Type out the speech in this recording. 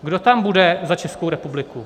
Kdo tam bude za Českou republiku?